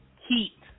heat